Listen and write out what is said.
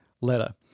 letter